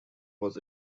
was